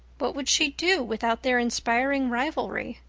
what would she do without their inspiring rivalry?